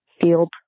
field